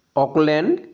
Auckland